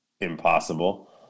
impossible